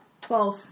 Twelve